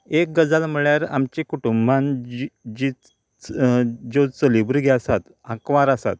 एक गजाल म्हळ्यार आमची कुटुंबान जी जी ज्यो चली भुरगी आसात आंकवार आसात